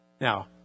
Now